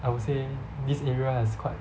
I would say this area has quite